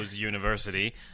University